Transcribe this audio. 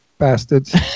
bastards